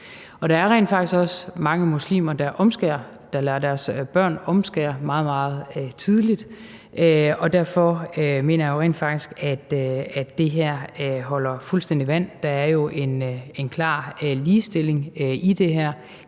og der er rent faktisk også mange muslimer, der lader deres børn omskære meget, meget tidligt. Derfor mener jeg jo rent faktisk, at det her holder fuldstændig vand – der er jo en klar ligestilling i det her,